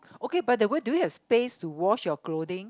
okay by the way do you have space to wash your clothing